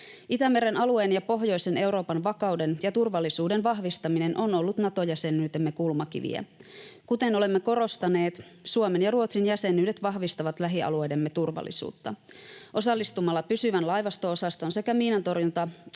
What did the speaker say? Itämeren alueen ja pohjoisen Euroopan vakauden ja turvallisuuden vahvistaminen on ollut Nato-jäsenyytemme kulmakiviä. Kuten olemme korostaneet, Suomen ja Ruotsin jäsenyydet vahvistavat lähialueidemme turvallisuutta. Osallistumalla pysyvän laivasto-osaston sekä miinantorjuntaosaston